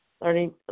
learning